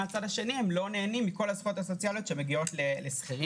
מהצד השני הם לא נהנים מכל הזכויות הסוציאליות שמגיעות לשכירים.